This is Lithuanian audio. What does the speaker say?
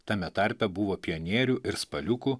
tame tarpe buvo pionierių ir spaliukų